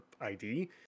ID